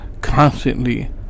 constantly